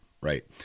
right